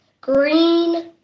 green